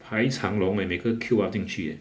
排长龙 leh 每个 Q_R 进去 eh